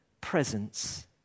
presence